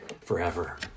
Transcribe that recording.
forever